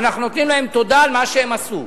ואנחנו אומרים להם תודה על מה שהם עשו.